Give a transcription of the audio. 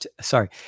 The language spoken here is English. Sorry